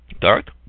Dark